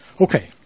Okay